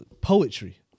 poetry